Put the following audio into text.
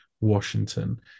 Washington